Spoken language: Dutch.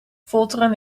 folteren